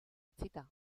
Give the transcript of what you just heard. itxita